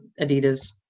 Adidas